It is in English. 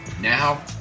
Now